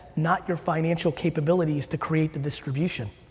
not your financial capabilities to create the distribution.